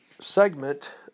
segment